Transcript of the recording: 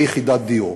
ליחידת דיור.